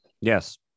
Yes